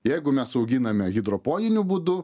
jeigu mes auginame hidroponiniu būdu